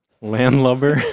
Landlubber